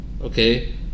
okay